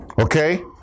Okay